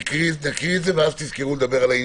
תנו